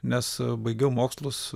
nes baigiau mokslus